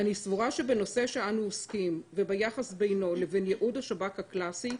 סבורה שבנושא שאנו עוסקים וביחס בינו לבין ייעוד השב"כ הקלסי,